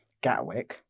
Gatwick